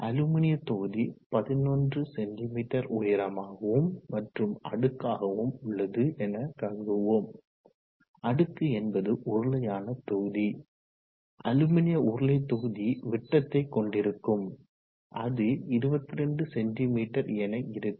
அலுமினிய தொகுதி 11 செமீ உயரமாகவும் மற்றும் அடுக்காகவும் உள்ளது என கருதுவோம் அடுக்கு என்பது உருளையான தொகுதி அலுமினிய உருளை தொகுதி விட்டத்தை கொண்டிருக்கும் அது 22 செமீ என இருக்கும்